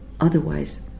otherwise